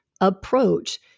approach